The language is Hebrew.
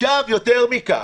עכשיו, יותר מכך,